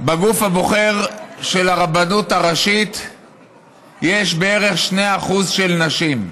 בגוף הבוחר של הרבנות הראשית יש בערך 2% נשים.